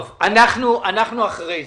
אנחנו אחרי זה,